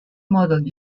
model